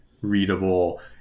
readable